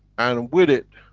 and with it,